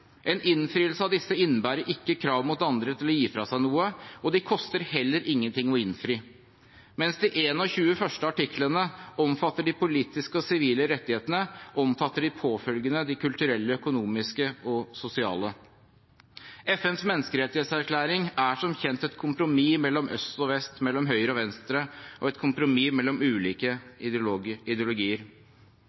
En innfrielse av disse innebærer ikke krav mot andre til å gi fra seg noe, og de koster heller ikke noe å innfri. Mens de 21 første artiklene omfatter de politiske og sivile rettighetene, omfatter de påfølgende de kulturelle, økonomiske og sosiale. FNs menneskerettighetserklæring er som kjent et kompromiss mellom øst og vest – mellom høyre og venstre – og et kompromiss mellom ulike ideologier.